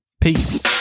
Peace